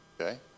okay